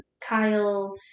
Kyle